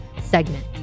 segment